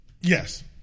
Yes